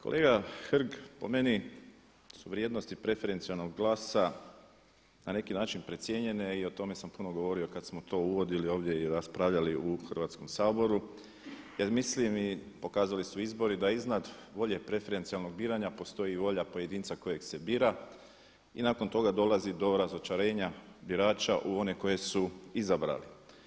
Kolega Hrg po meni su vrijednosti preferencijalnog glasa na neki način precijenjene i o tome sam puno govorio kada smo to uvodili ovdje i raspravljali u Hrvatskom saboru jer mislim i pokazali su izbori da iznad volje preferencijalnog biranja postoji i volja pojedinca kojeg se bira i nakon toga dolazi do razočarenja birača u one koji su izabrali.